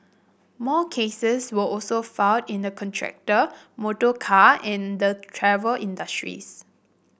more cases were also filed in the contractor motorcar and the travel industries